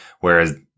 whereas